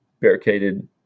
barricaded